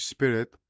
Spirit